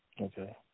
Okay